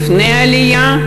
לפני העלייה,